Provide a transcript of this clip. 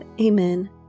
Amen